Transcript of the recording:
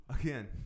again